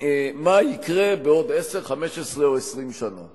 מה יקרה בעוד עשר, 15 או 20 שנה.